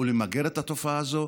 ולמגר את התופעה הזאת?